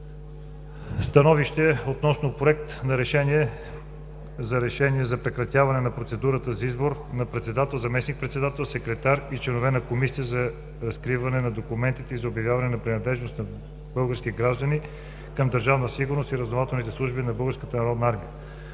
относно Проект на решение за решение за прекратяване на процедурата за избор на председател, заместник председател, секретар и членове на Комисията за разкриване на документите и за обявяване на принадлежност на български граждани към Държавна сигурност и разузнавателните служби на Българската народна армия,